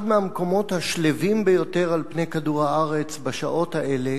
אחד מהמקומות השלווים ביותר על פני כדור-הארץ בשעות האלה